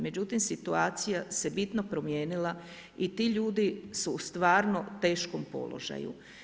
Međutim, situacija se bitno promijenila i ti ljudi su u stvarno teškom položaju.